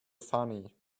funny